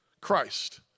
Christ